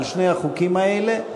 על שני החוקים האלה,